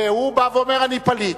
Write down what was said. והוא בא ואומר: אני פליט,